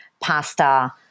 pasta